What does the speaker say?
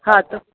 हा त